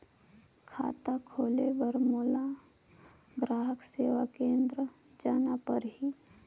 खाता खोले बार मोला ग्राहक सेवा केंद्र जाना होही?